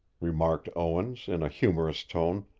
remarked owens in a humorous tone,